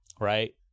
right